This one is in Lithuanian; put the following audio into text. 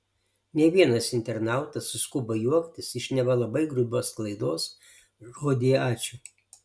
ne vienas internautas suskubo juoktis iš neva labai grubios klaidos žodyje ačiū